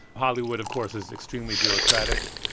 hollywood, of course, is extremely bureaucratic.